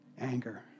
anger